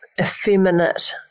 effeminate